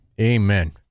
Amen